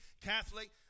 Catholic